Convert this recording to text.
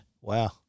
Wow